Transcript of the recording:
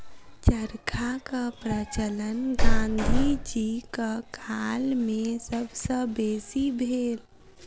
चरखाक प्रचलन गाँधी जीक काल मे सब सॅ बेसी भेल